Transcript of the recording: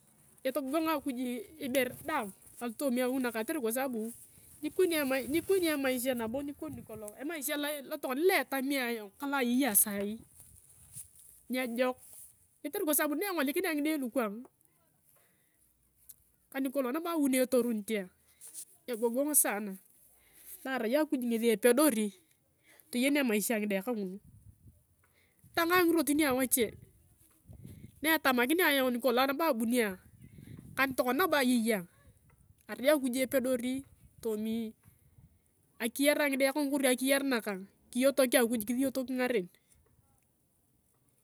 Egogong akuj ibore daang alotooma awi nakang kotere kwa sabu, nikoni emaisha nabo nikoni nikolong, emaisha lo tokona lo etami ayong ka loa ayei ayong sai nyejok, kotere kwa sabu na engolikenea ngide likang, ka nikolong nabo awi na etoronut ayong egogong saana na arai akuj ngesi epedori, toyen emaisha lua ngide kangulu, tanga ngirotin awache. Na etamakinea ayong nikolong nabo abunio ayong, ka nitokeona nabo ayei ayong arai akuj epidori toomi akiyar angido kangu kori akiyar akang kiyotok akuj kisiyotok ngareu